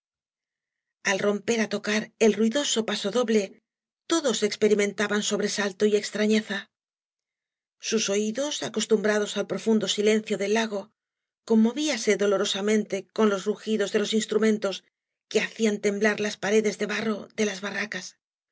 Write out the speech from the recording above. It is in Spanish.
al romper á tocar el ruidoso pasodoble todos experimentaban sobrealco y extrafieza sus oídos acostumbrados al profundo silencio del lago conmovíanse dolorosamente con los rugidos de loa instrumentos que hacían temblar las paredes de barro de las barracas